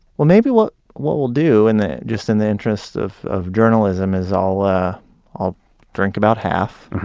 well maybe what what we'll do in the, just in the interest of of journalism, is i'll ah i'll drink about half,